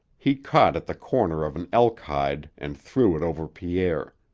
he caught at the corner of an elk hide and threw it over pierre.